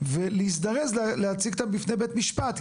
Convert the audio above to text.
ולהזדרז להציג אותם בפני בית משפט.